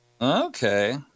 Okay